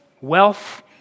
wealth